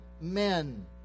men